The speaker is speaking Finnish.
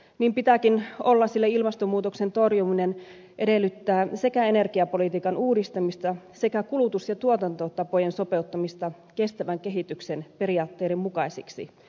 niin pitääkin olla sillä ilmastonmuutoksen torjuminen edellyttää sekä energiapolitiikan uudistamista että kulutus ja tuotantotapojen sopeuttamista kestävän kehityksen periaatteiden mukaisiksi